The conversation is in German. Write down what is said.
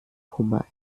hummer